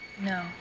no